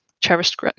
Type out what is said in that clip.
Cherished